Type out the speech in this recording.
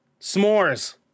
s'mores